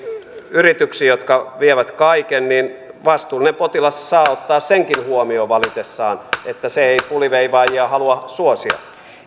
yrityksiin jotka vievät kaiken niin vastuullinen potilas saa ottaa senkin huomioon valitessaan että hän ei puliveivaajia halua suosia